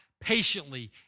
patiently